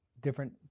Different –